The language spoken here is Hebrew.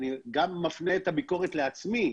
אני גם מפנה את הביקורת לעצמי,